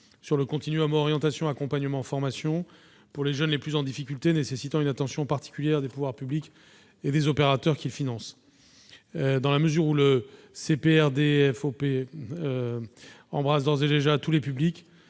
sur le continuum orientation-accompagnement-formation pour les jeunes les plus en difficulté, qui exigent une attention particulière des pouvoirs publics et des opérateurs qu'ils financent. Dans la mesure où le CPRDFOP embrasse d'ores et déjà tous les publics,